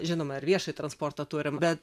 žinoma ar viešąjį transportą turim bet